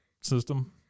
system